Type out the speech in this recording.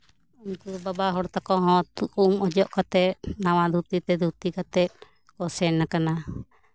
ᱩᱱᱠᱩ ᱵᱟᱵᱟ ᱦᱚᱲ ᱛᱟᱠᱚ ᱦᱚᱸ ᱩᱢ ᱚᱡᱚᱜ ᱠᱟᱛᱮᱜ ᱱᱟᱣᱟ ᱫᱷᱩᱛᱤ ᱛᱮ ᱫᱷᱩᱛᱤ ᱠᱟᱛᱮᱜ ᱠᱚ ᱥᱮᱱ ᱠᱟᱱᱟ